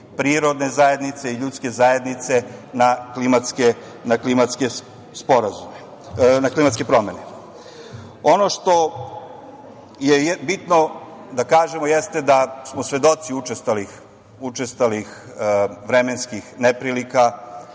prirodne zajednice i ljudske zajednice na klimatske promene. Ono što je bitno da kažemo jeste da smo svedoci učestalih vremenskih neprilika